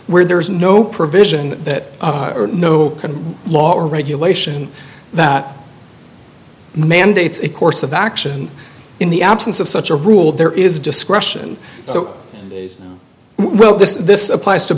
where there is no provision that no law or regulation that mandates a course of action in the absence of such a rule there is discretion so will this this applies to